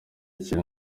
kintu